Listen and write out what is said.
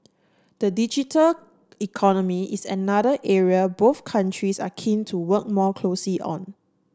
the digital economy is another area both countries are keen to work more closely on